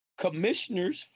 commissioners